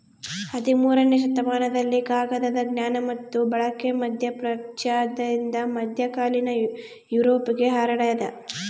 ಹದಿಮೂರನೇ ಶತಮಾನದಲ್ಲಿ ಕಾಗದದ ಜ್ಞಾನ ಮತ್ತು ಬಳಕೆ ಮಧ್ಯಪ್ರಾಚ್ಯದಿಂದ ಮಧ್ಯಕಾಲೀನ ಯುರೋಪ್ಗೆ ಹರಡ್ಯಾದ